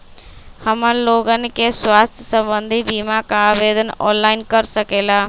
हमन लोगन के स्वास्थ्य संबंधित बिमा का आवेदन ऑनलाइन कर सकेला?